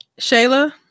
Shayla